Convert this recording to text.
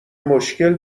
مشکل